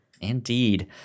indeed